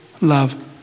love